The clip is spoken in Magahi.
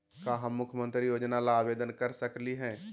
का हम मुख्यमंत्री योजना ला आवेदन कर सकली हई?